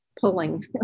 pulling